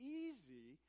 easy